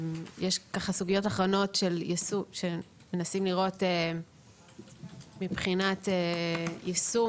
יש סוגיות אחרונות שמנסים לראות מבחינת יישום